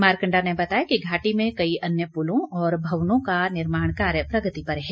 मारकंडा ने बताया कि घाटी में कई अन्य पुलों और भवनों का निर्माण कार्य प्रगति पर है